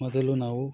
ಮೊದಲು ನಾವು